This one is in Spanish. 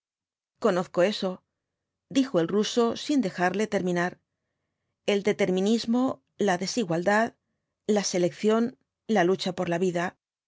conozco eso dijo el ruso sin dejarle terminar el determinismo la desigualdad la selección la lucha por la vida